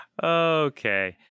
Okay